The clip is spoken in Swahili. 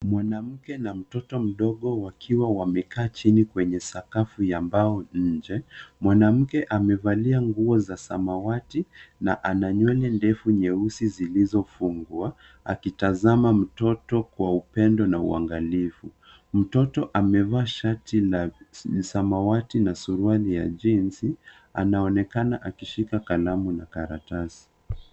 Mwanamke na mtoto mdogo wakiwa wamekaa jini kwenye sakafu ya mbao nje. Mwanamke amevalia nguo za samawati na ana nywele ndefu nyeusi zilizofungwa, akitasama mtoto kwa upendo na uangalivu. Mtoto amevaa shati ya samawati na suruali la jinsi anaonekana akishika kalamu na karatasi.